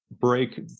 break